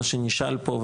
מה שנשאל פה,